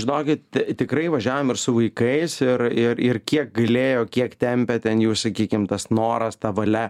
žinokit tikrai važiavom ir su vaikais ir ir ir kiek galėjo kiek tempė ten jau sakykim tas noras ta valia